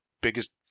biggest